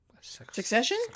succession